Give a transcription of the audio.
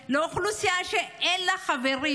לאוכלוסייה שאין לה חברים,